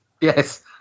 Yes